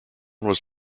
was